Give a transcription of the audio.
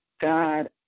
God